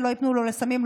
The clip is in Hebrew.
שלא ייפלו לא לסמים,